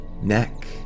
neck